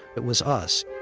it was us